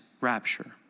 rapture